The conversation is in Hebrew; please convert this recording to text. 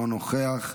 אינו נוכח,